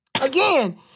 again